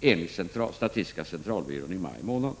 enligt statistiska centralbyrån att ha sjunkit i maj månad.